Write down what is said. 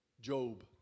Job